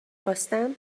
خواستم